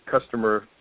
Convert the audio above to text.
customer